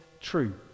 true